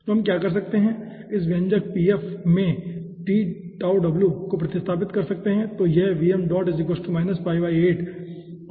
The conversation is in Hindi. तो हम क्या कर सकते है इस व्यंजक Pf में को प्रतिस्थापित कर सकते है